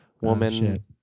woman